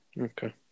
Okay